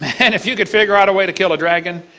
and if you could figure out a way to kill a dragon,